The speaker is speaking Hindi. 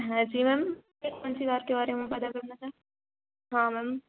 मैं शिवम सर हाँ मैम